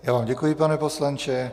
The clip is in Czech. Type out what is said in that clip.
Já vám děkuji, pane poslanče.